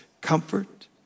comfort